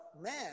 man